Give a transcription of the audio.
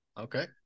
Okay